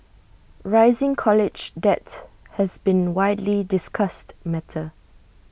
rising college debt has been A widely discussed matter